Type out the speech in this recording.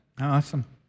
Awesome